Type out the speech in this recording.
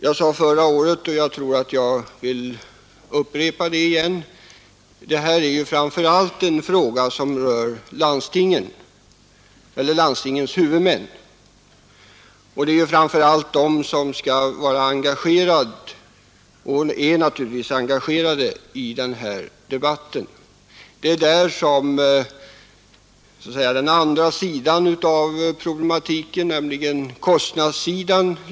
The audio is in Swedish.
Jag sade förra året, och vill nu upprepa, att detta framför allt är en fråga för landstingen som sjukvårdens huvudmän. Det är framför allt de som skall vara engagerade i denna debatt. Det är också de som med hjälp av landstingsskatten svarar för den andra sidan av problematiken, nämligen kostnadssidan.